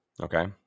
Okay